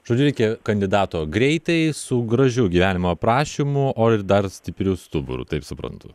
žodžiu reikia kandidato greitai su gražiu gyvenimo aprašymu o dar stipriu stuburu taip suprantu